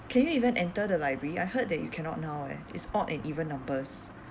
can you even enter the library I heard that you cannot now eh it's odd and even numbers